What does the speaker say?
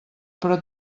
però